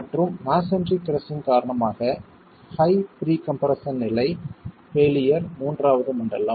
மற்றும் masonry crushing காரணமாக high pre compression நிலை பெயிலியர் மூன்றாவது மண்டலம்